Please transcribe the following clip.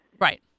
Right